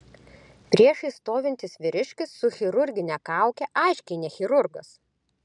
priešais stovintis vyriškis su chirurgine kauke aiškiai ne chirurgas